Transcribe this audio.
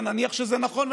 ונניח שזה נכון,